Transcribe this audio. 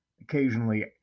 occasionally